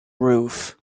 roof